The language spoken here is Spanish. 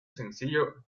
sencillo